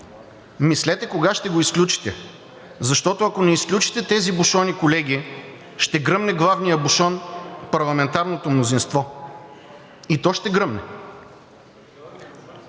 Мислете кога ще го изключите, защото, ако не изключите тези бушони, колеги, ще гръмне главният бушон – парламентарното мнозинство. (Реплики.) И то ще гръмне.